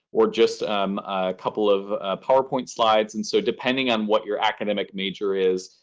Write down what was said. or just a couple of powerpoint slides. and so depending on what your academic major is,